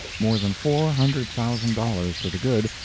more than four hundred thousand dollars to the good.